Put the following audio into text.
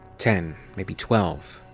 ten, maybe twelve.